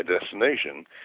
destination